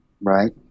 right